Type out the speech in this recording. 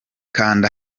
kanda